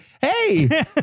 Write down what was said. hey